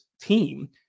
team